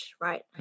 right